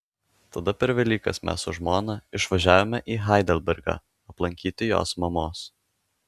tada per velykas mes su žmona išvažiavome į heidelbergą aplankyti jos mamos